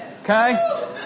Okay